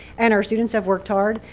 and our students have worked hard.